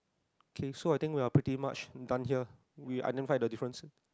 okay so I think we are pretty much invent here we I never find the difference